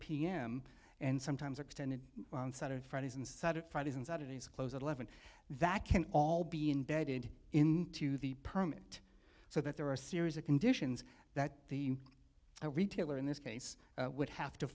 pm and sometimes extended on saturday fridays inside it fridays and saturdays close at eleven that can all be imbedded into the permit so that there are a series of conditions that the retailer in this case would have to